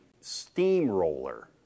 steamroller